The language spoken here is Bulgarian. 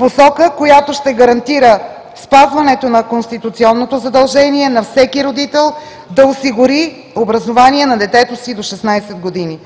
посока, която ще гарантира спазването на конституционното задължение на всеки родител да осигури образование на детето си до 16 години.